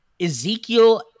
Ezekiel